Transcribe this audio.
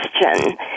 question